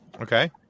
Okay